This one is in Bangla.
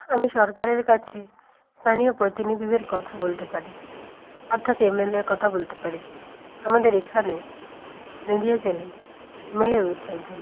আমি সরকারের কাছে স্থানীয় প্রতিনিধিদের কথা বলতে পারি অর্থাৎ এম এল এর কথা বলতে পারি আমাদের এখানে নদীয়া জেলায় এমএলএ রয়েছে একজন